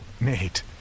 Nate